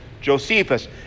Josephus